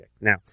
Now